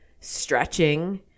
stretching